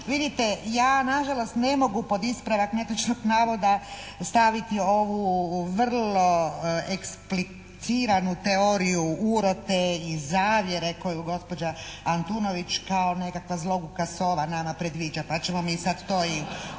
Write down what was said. vidite, ja na žalost ne mogu pod ispravak netočnog navoda staviti ovu vrlo ekspliciranu teoriju urote i zavjere koju gospođa Antunović kao nekakva zloguka sova nama predviđa. Pa ćemo mi sad to i "Vjesnik",